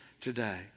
today